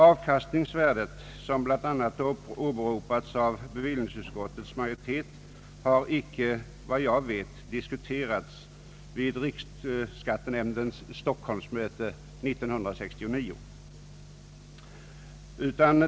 Avkastningsvärdet, som bl.a. åberopats av bevillningsutskottets majoritet, har icke vad jag vet diskuterats vid = riksskattenämndens Stockholmsmöte år 1969.